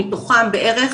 מתוכם בערך